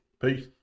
Peace